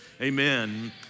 amen